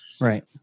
Right